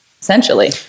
essentially